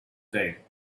day